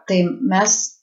tai mes